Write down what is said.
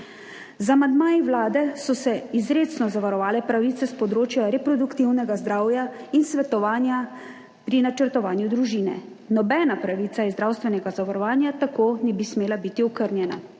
Z amandmaji Vlade so se izrecno zavarovale pravice s področja reproduktivnega zdravja in svetovanja pri načrtovanju družine, nobena pravica iz zdravstvenega zavarovanja tako ne bi smela biti okrnjena.